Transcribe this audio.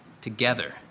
together